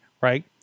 right